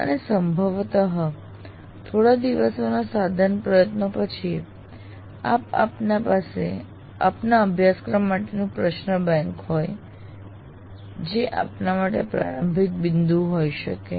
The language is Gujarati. અને સંભવતઃ થોડા દિવસોના સઘન પ્રયત્નો પછી આપની પાસે આપના અભ્યાસક્રમ માટેનું પ્રશ્ન બેંક હોય શકે જે આપના માટે પ્રારંભિક બિંદુ હોઈ શકે છે